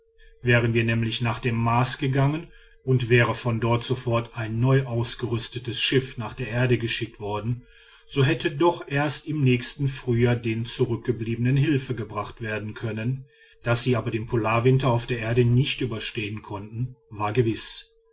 wären wir nämlich nach dem mars gegangen und wäre von dort sofort ein neu ausgerüstetes schiff nach der erde geschickt worden so hätte doch erst im nächsten frühjahr den zurückgebliebenen hilfe gebracht werden können daß sie aber den polarwinter auf der erde nicht überstehen konnten war gewiß